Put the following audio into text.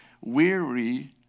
weary